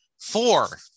four